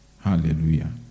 Hallelujah